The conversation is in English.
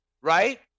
right